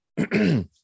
Okay